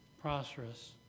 Prosperous